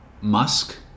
Musk